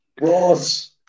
Ross